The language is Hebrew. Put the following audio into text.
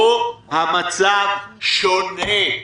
פה המצב שונה.